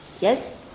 yes